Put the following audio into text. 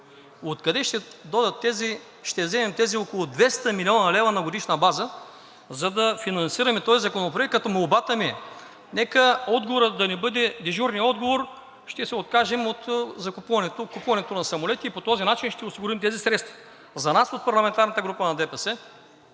откъде ще вземем тези около 200 млн. лв. на годишна база, за да финансираме този законопроект? Молбата ми е: нека отговорът да не бъде дежурният – ще се откажем от купуването на самолети и по този начин ще осигурим тези средства. За нас от парламентарната група на ДПС